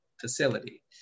facility